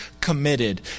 committed